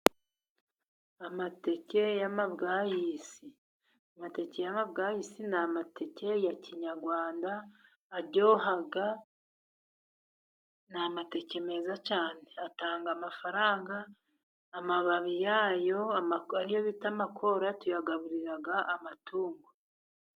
Amateke y'amabwayisi ni amateke ya kinyarwanda aryoha, ni amateke meza cyane atanga amafaranga, amababi yayo ariyo bita amakola tuyagaburiraga amatungo.